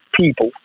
people